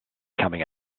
coming